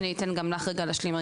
אני אתן גם לך רגע להשלים.